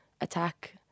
attack